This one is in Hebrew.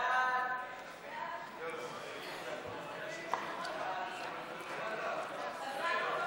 חוק להקפאת כספים ששילמה הרשות